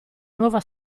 nuova